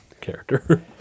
character